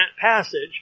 passage